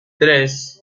tres